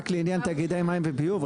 רק לעניין תאגידי מים וביוב,